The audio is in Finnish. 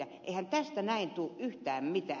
eihän tästä näin tule yhtään mitään